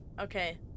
Okay